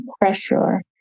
pressure